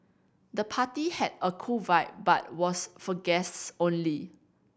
the party had a cool vibe but was for guests only